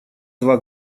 два